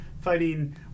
fighting